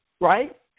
right